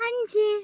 അഞ്ച്